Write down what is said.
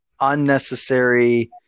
Unnecessary